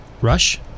Rush